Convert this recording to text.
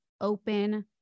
open